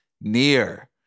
near